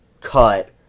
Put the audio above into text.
cut